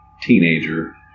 teenager